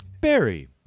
Barry